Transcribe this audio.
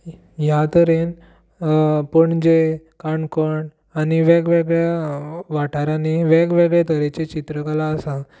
ह्या तरेन पणजे काणकोण आनी वेगवेगळ्या वाठारांनीं वेगवेगळे तरेची चित्रकला आसा